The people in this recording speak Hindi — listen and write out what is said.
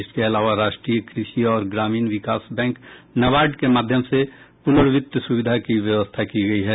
इसके अलावा राष्ट्रीय कृषि और ग्रामीण विकास बैंक नाबार्ड के माध्यम से पुनर्वित्त सुविधा की व्यवस्था की गई है